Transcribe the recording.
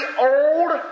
old